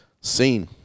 seen